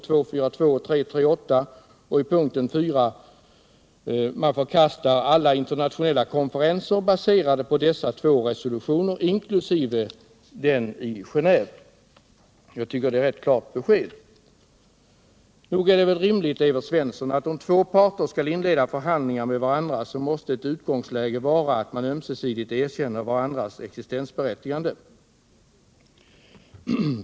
I punkten 4 i samma deklaration förklaras att PLO förkastar alla internationella konferenser baserade på dessa två resolutioner inkl. konferensen i Genéve. Jag tycker det är ett rätt klart besked. Nog är det väl rimligt, Evert Svensson, att om två parter skall inleda förhandlingar med varandra, så måste ett utgångsläge vara, att man ömsesidigt erkänner varandras existensberättigande?